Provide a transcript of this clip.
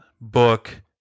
book